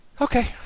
Okay